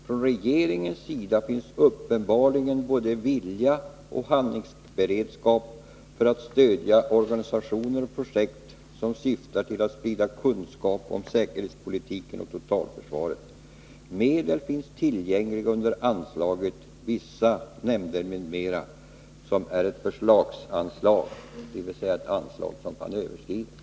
Från regeringens sida finns uppenbarligen både vilja och handlingsberedskap att stödja organisationer och projekt som syftar till att sprida kunskap om säkerhetspolitiken och totalförsvaret. Medel finns tillgängliga under anslaget Vissa nämnder m.m., som är ett förslagsanslag”, dvs. ett anslag som kan överskridas.